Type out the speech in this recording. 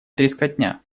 трескотня